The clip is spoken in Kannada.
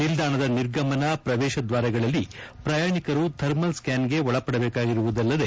ನಿಲ್ದಾಣದ ನಿರ್ಗಮನ ಪ್ರವೇಶ ದ್ವಾರಗಳಲ್ಲಿ ಪ್ರಯಾಣಿಕರು ಥರ್ಮಲ್ ಸ್ಕ್ಲಾನ್ಗೆ ಒಳಪಡಬೇಕಾಗಿರುವುದಲ್ಲದೆ